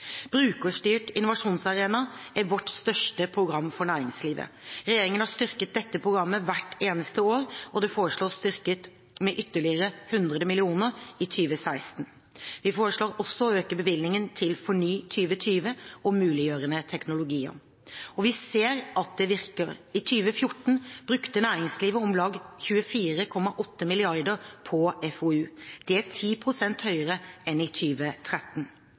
Brukerstyrt innovasjonsarena er vårt største program for næringslivet. Regjeringen har styrket dette programmet hvert eneste år, og det foreslås styrket med ytterligere 100 mill. kr i 2016. Vi foreslår også å øke bevilgningen til FORNY2020 og muliggjørende teknologier. Vi ser at det virker. I 2014 brukte næringslivet om lag 24,8 mrd. kr på FoU. Det er 10 pst. høyere enn i